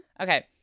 Okay